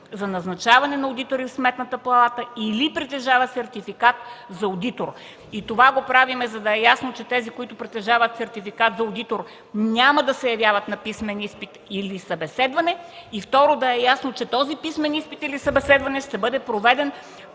за назначаване на одитори в Сметната палата или притежаващ сертификат за одитор”. Това го правим, за да е ясно, че тези, които притежават сертификат за одитор, няма да се явяват на писмен изпит или събеседване, и второ – да е ясно, че този писмен изпит или събеседване ще бъде проведен